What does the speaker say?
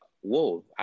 whoa